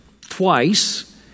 twice